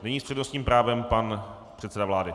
Nyní s přednostním právem pan předseda vlády.